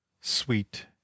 sweet